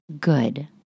good